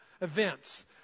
events